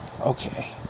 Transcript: Okay